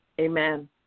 Amen